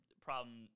problem